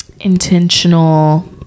intentional